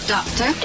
Doctor